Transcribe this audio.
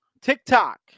TikTok